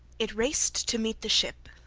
it raced to meet the ship,